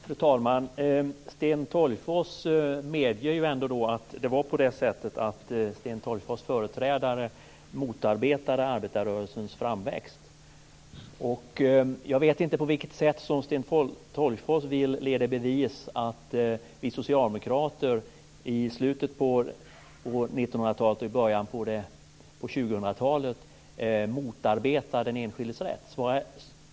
Fru talman! Sten Tolgfors medger ändå att det var på det sättet att Sten Tolgfors företrädare motarbetade arbetarrörelsens framväxt. Jag vet inte på vilket sätt Sten Tolgfors vill leda i bevis att vi socialdemokrater i slutet av 1900-talet och i början av 2000-talet motarbetar den enskildes rätt.